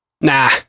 nah